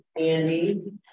Andy